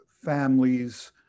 families